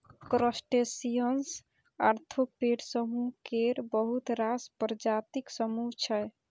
crustaceans arthropod समुह केर बहुत रास प्रजातिक समुह छै